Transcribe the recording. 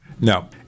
No